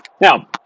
Now